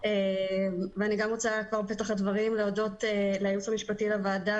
אני רוצה כבר בפתח הדברים להודות לייעוץ המשפטי לוועדה,